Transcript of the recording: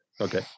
Okay